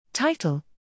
Title